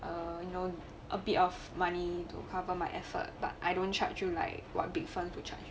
err you know a bit of money to cover my effort but I don't charge you like what big firm will charge